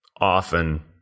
often